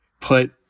put